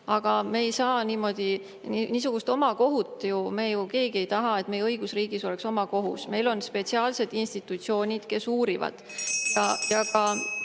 Aga me ei saa niimoodi, niisugust omakohut [teha]. Me ju keegi ei taha, et meie õigusriigis oleks omakohus. Meil on spetsiaalsed institutsioonid, kes uurivad.